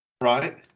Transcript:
Right